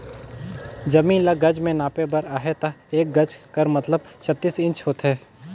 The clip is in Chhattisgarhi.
जमीन ल गज में नापे बर अहे ता एक गज कर मतलब छत्तीस इंच होथे